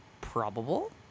probable